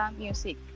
music